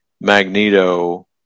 Magneto